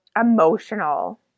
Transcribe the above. emotional